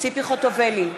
ציפי חוטובלי,